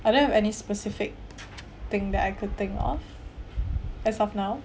I don't have any specific thing that I could think of as of now